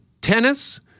tennis